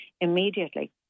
immediately